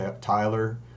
Tyler